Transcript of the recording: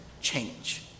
change